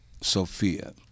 Sophia